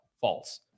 false